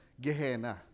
Gehenna